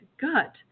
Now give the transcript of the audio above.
gut